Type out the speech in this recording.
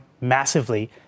massively